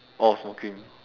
oh smoking